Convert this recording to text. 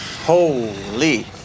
Holy